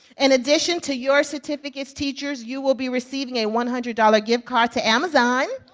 and addition to your certificates, teachers, you will be receiving a one hundred dollars gift card to amazon.